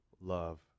love